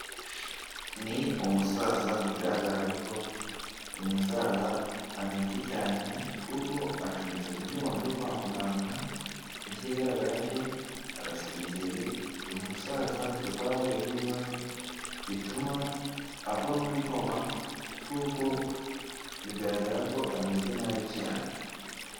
Ni umusaza bigaragaza ko uyu musaza arembye cyane, kuko acometse ku byuma byo kwa muganga n'ikigaragara cyo arasinziriye, uyu musaza afite kuba yarahuye n'ibibazo bituma agwa muri koma kuko bigaragara ko ameze nabi cyane.